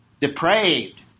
depraved